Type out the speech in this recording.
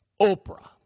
Oprah